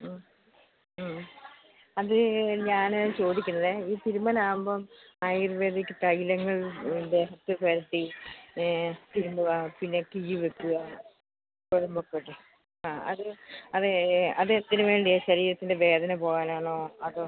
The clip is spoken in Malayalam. അത് ഞാൻ ചോദിക്കുന്നത് ഈ തിരുമ്മലാവുമ്പം ആയുർവേദിക് തൈലങ്ങൾ ദേഹത്ത് പുരട്ടി തിരുമ്മുക പിന്നെ കിഴി വെക്കുക ആ അത് അത് അതെന്തിന് വേണ്ടിയാണ് ശരീരത്തിൻ്റെ വേദന പോവാനാണോ അതോ